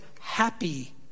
happy